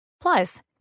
Plus